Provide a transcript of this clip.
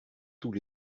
tous